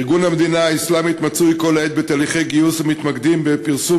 ארגון "המדינה האסלאמית" מצוי כל העת בתהליכי גיוס המתמקדים בפרסום